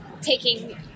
taking